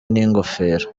n’ingofero